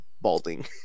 balding